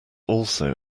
also